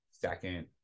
second